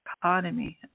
economy